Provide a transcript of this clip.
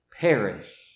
perish